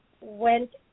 went